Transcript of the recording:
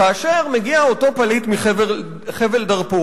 כאשר מגיע אותו פליט מחבל דארפור,